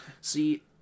See